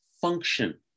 function